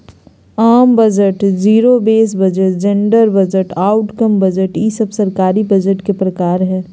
आम budget, zero base budget, gender budget, outcome budget ई सब सरकारी बजट के प्रकार हय